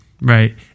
right